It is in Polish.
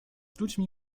ludźmi